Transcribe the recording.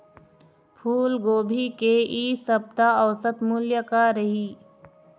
फूलगोभी के इ सप्ता औसत मूल्य का रही?